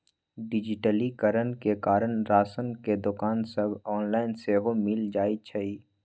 डिजिटलीकरण के कारण राशन के दोकान सभ ऑनलाइन सेहो मिल जाइ छइ